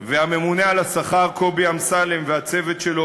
והממונה על השכר קובי אמסלם והצוות שלו,